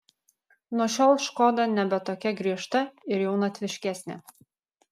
nuo šiol škoda nebe tokia griežta ir jaunatviškesnė